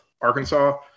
Arkansas